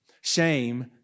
Shame